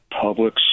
public